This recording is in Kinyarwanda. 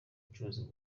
bacukuzi